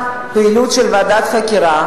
כשאנחנו נגמור את הפעילות של ועדת החקירה,